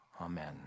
Amen